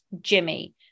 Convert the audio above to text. jimmy